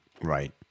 Right